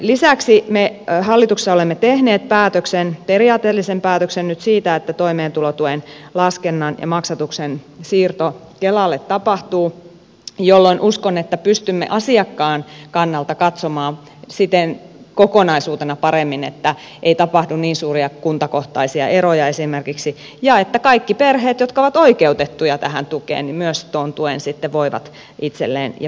lisäksi me hallituksessa olemme tehneet päätöksen periaatteellisen päätöksen nyt siitä että toimeentulotuen laskennan ja maksatuksen siirto kelalle tapahtuu jolloin uskon että pystymme asiakkaan kannalta katsomaan siten kokonaisuutena paremmin että ei tapahdu esimerkiksi niin suuria kuntakohtaisia eroja ja että kaikki perheet jotka ovat oikeutettuja tähän tukeen myös tuon tuen sitten voivat itselleen ja perheelleen saada